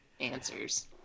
answers